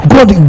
God